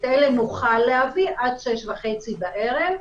את אלה נוכל להביא עד 18:30 בערב.